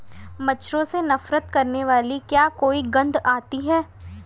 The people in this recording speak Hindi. मच्छरों से नफरत करने वाली क्या कोई गंध आती है?